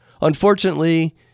Unfortunately